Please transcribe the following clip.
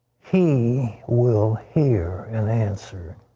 he will hear and answer.